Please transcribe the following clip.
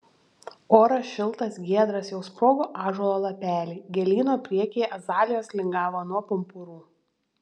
oras šiltas giedras jau sprogo ąžuolo lapeliai gėlyno priekyje azalijos lingavo nuo pumpurų